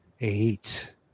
Eight